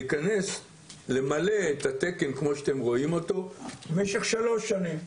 אפשר לפחות להיכנס ולמלא את התקן כמו שאתם רואים אותו במשך שלוש שנים,